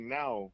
now